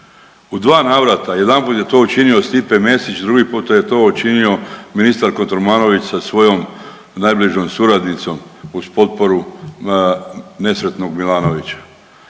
U dva navrata, jedanput je to učinio Stipe Mesić, drugi puta je to učinio ministar Kotromanović sa svojom najbližom suradnicom uz potporu nesretnog Milanovića.